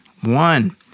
One